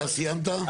אתה סיימת?